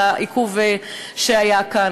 בגלל העיכוב שהיה כאן.